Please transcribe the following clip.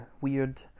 weird